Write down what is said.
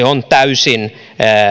on täysin